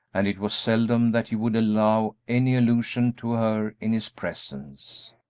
and it was seldom that he would allow any allusion to her in his presence.